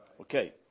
Okay